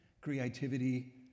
creativity